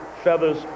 feathers